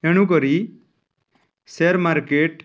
ଏଣୁକରି share market